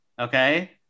okay